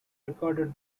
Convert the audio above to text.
recorded